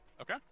Okay